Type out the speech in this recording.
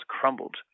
crumbled